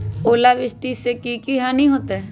ओलावृष्टि से की की हानि होतै?